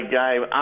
game